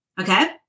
Okay